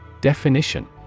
Definition